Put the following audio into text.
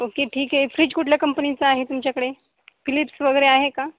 okay ठीक आहे fridge कुठल्या कंपनीचा आहे तुमच्याकडे फिलिप्स वगैरे आहे का